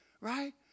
right